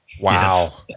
Wow